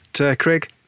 Craig